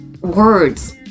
words